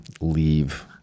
leave